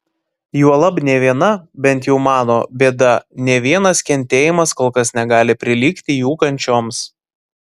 juolab nė viena bent jau mano bėda nė vienas kentėjimas kol kas negali prilygti jų kančioms